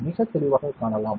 மிகத் தெளிவாகக் காணலாம்